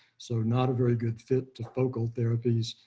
so not a very good fit to focal therapies.